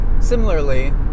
similarly